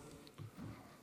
מלהתבשר